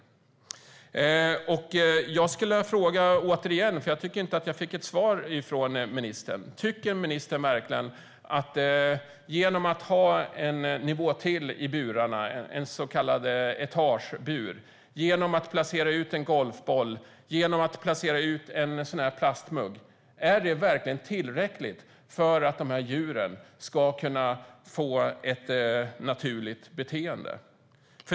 Eftersom jag inte fick något svar från ministern frågar jag åter: Tycker ministern verkligen att en nivå till i burarna, alltså en så kallad etagebur, en golfboll och en plastmugg är tillräckligt för att djuren ska kunna ha ett naturligt beteende?